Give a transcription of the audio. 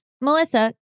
Melissa